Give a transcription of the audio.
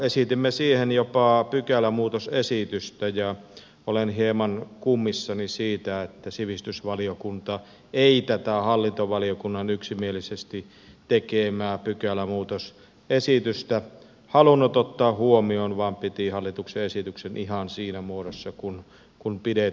esitimme siihen jopa pykälämuutosesitystä ja olen hieman kummissani siitä että sivistysvaliokunta ei tätä hallintovaliokunnan yksimielisesti tekemää pykälämuutosesitystä halunnut ottaa huomioon vaan piti hallituksen esityksen ihan siinä muodossa kun kun didier